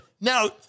Now